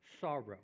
sorrow